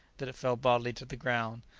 that it fell bodily to the ground,